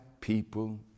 people